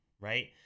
right